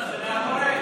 בפרסה.